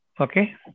Okay